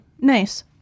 nice